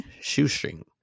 shoestring